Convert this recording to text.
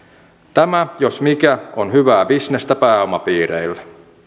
tämä jos mikä on hyvää bisnestä pääomapiireille